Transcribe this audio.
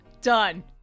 Done